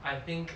I think